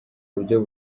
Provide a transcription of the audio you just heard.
buryo